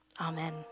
amen